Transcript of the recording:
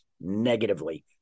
negatively